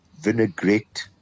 vinaigrette